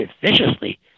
Viciously